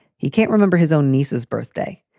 he can't remember his own niece's birthday,